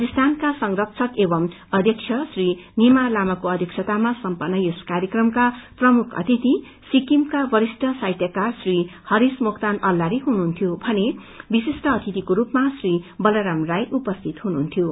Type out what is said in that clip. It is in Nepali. प्रतिष्ठानका संरक्षक एवं अध्यक्ष श्री नीमा लामाको अध्यक्षतामा सम्पन्न यस कार्यक्रमका प्रमुख अतिथि सिक्किमका वरिष्ठ साहित्यकार श्री हरीश मोक्तान अल्लारे हुनुहुन्थ्यो भने विशिष्ट अतिथिको रूपमा श्री बलराम राई उपस्थित हुनुहुन्थ्यो